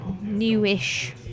newish